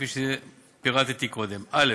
כפי שפירטתי קודם: א.